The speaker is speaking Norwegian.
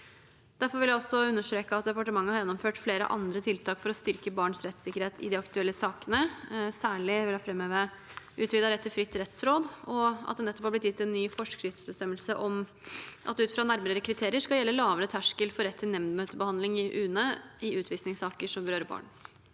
Derfor vil jeg også understreke at departementet har gjennomført flere andre tiltak for å styrke barns rettssikkerhet i de aktuelle sakene. Jeg vil særlig framheve at det har blitt gitt utvidet rett til fritt rettsråd, og at det nettopp har blitt gitt en ny forskriftsbestemmelse om at det ut fra nærmere kriterier skal gjelde en lavere terskel for rett til nemndmøtebehandling i UNE i utvisningssaker som berører barn.